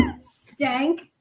Stank